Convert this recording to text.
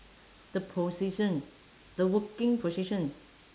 the position the working position